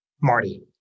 Marty